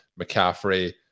mccaffrey